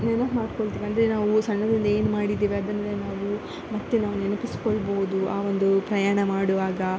ನೆನಪು ಮಾಡ್ಕೊಳ್ತೇವೆ ಅಂದರೆ ನಾವು ಸಣ್ಣದರಿಂದ ಏನು ಮಾಡಿದ್ದೇವೆ ಅದನ್ನೇ ನಾವು ಮತ್ತು ನಾವು ನೆನಪಿಸಿಕೊಳ್ಬೋದು ಆ ಒಂದು ಪ್ರಯಾಣ ಮಾಡುವಾಗ